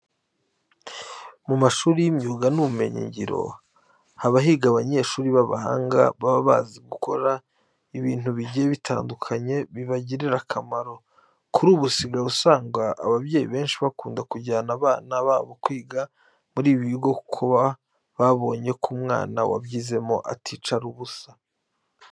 Mu mashuri y'imyuga n'ubumenyingiro haba higa abanyeshuri b'abahanga baba bazi gukora ibintu bigiye bitandukanye bibagirira akamaro. Kuri ubu usigaye usanga ababyeyi benshi bakunda kujyana abana babo kwiga muri ibi bigo kuko babonye ko umwana wabyizemo aticara ubusa.